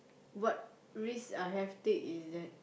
what risk I have take is that